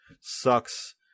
sucks